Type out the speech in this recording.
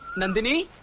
nandini